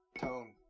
tone